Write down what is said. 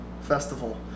festival